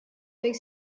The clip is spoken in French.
avec